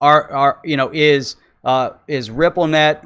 are are you know is up is rebel net